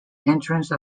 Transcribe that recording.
entrance